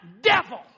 devil